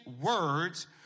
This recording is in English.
words